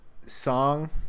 song